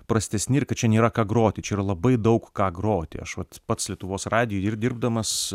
prastesni ir kad čia nėra ką groti čia yra labai daug ką groti aš vat pats lietuvos radijuj ir dirbdamas